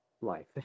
life